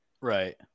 Right